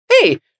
hey